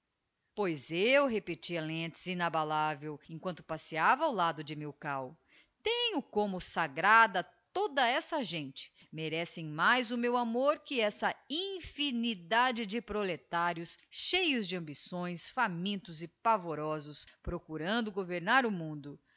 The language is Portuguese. pois eu repetia lentz inabalável emquanto passeiava ao lado de milkau tenho como sagrada toda essa gente merecem mais o meu amor que essa infinidade de proletários cheios de ambições famintos e pavorosos procurando governar o mundo